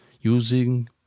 using